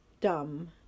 dumb